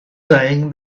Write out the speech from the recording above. saying